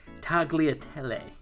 Tagliatelle